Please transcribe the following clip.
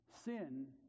Sin